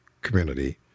community